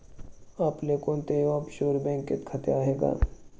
आपले कोणत्याही ऑफशोअर बँकेत खाते आहे का?